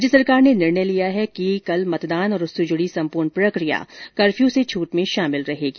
राज्य सरकार ने निर्णय लिया है कि कल मतदान और उससे जुड़ी सम्पूर्ण प्रकिया कफ्यू से छूट में शामिल रहेगी